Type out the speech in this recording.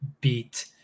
beat